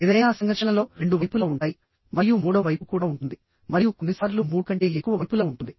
ఏదైనా సంఘర్షణలో రెండు వైపులా ఉంటాయి మరియు మూడవ వైపు కూడా ఉంటుంది మరియు కొన్నిసార్లు మూడు కంటే ఎక్కువ వైపులా ఉంటుంది